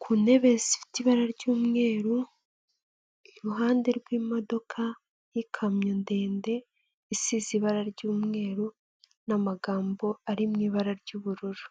ku ntebe zifite ibara ry'umweru, iruhande rw'imodoka y'ikamyo ndende isize ibara ry'umweru n'amagambo ari mu ibara ry'ubururu.